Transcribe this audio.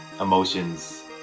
emotions